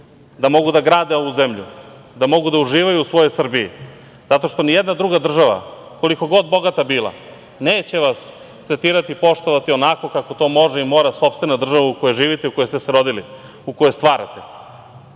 da mogu da grade ovu zemlju, da mogu da uživaju u svojoj Srbiji. Zato što ni jedna druga država, koliko god bogata bila, neće vas tretirati, poštovati onako kako to može i mora sopstvena država u kojoj živite, u kojoj ste se rodili, u kojoj stvarate. Nismo